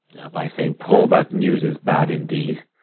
by saint paul, that news is bad indeed.